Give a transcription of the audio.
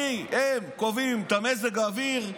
הם קובעים את מזג האוויר,